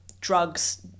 drugs